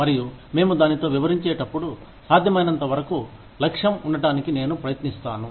మరియు మేము దానితో వివరించే టప్పుడు సాధ్యమైనంతవరకూ లక్ష్యం ఉండటానికి నేను ప్రయత్నిస్తాను